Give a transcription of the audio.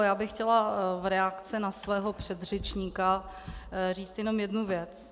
Já bych chtěla v reakci na svého předřečníka říct jenom jednu věc.